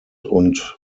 und